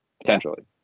potentially